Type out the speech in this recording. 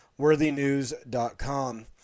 worthynews.com